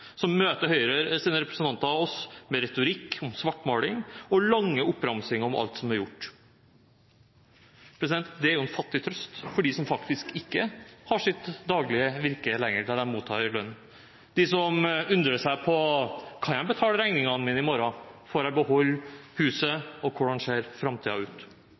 møter Høyres representanter oss med retorikk om svartmaling og lange oppramsinger av alt som er gjort. Det er jo en fattig trøst for dem som faktisk ikke lenger har sitt daglige virke, som de mottar lønn for – de som undrer seg på om de kan betale regningene sine i morgen, om de kan beholde huset, og hvordan framtiden ser ut.